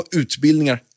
utbildningar